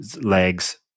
legs